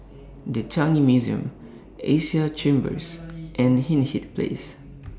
The Changi Museum Asia Chambers and Hindhede Place